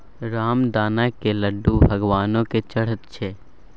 रामदानाक लड्डू भगवानो केँ चढ़ैत छै